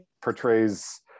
portrays